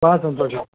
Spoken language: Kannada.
ಭಾಳ ಸಂತೋಷ